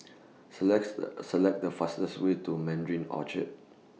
selects The A Select The fastest Way to Mandarin Orchard